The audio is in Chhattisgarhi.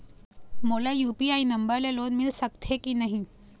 मोला यू.पी.आई नंबर ले लोन मिल सकथे कि नहीं?